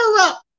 up